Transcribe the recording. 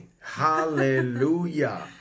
hallelujah